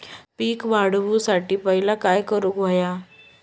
पीक वाढवुसाठी पहिला काय करूक हव्या?